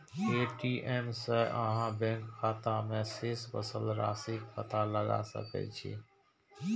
ATM सं अहां bank खाता मे शेष बचल राशिक पता लगा सकै छी